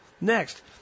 Next